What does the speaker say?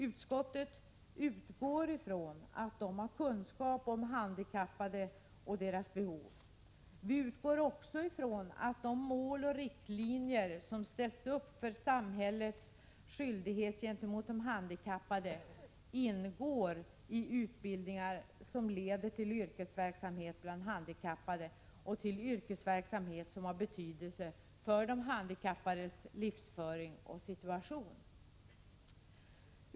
Utskottet utgår från att de har kunskap om handikappade och deras behov. Vi utgår också från att de mål och riktlinjer som ställts upp för samhällets skyldigheter gentemot de handikappade ingår i utbildningar som leder till yrkesverksamhet bland handikappade och till yrkesverksamhet som har betydelse för de handikappades livsföring och situation.